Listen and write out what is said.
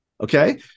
okay